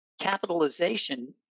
Capitalization